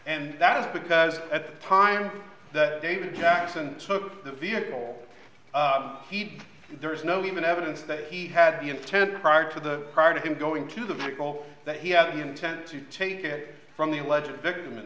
and that is because at the time that david jackson took the vehicle he there is no even evidence that he had the intent prior to the prior to him going to the vehicle that he had the intent to take it from the alleged victim in